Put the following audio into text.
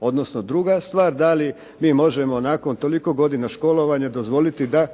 Odnosno druga stvar, da li mi možemo nakon toliko godina školovanja dozvoliti da